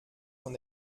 von